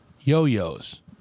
yo-yos